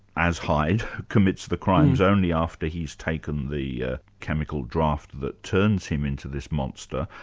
as hyde, commits the crimes only after he's taken the ah chemical draught that turns him into this monster,